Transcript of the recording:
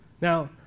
Now